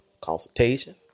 consultation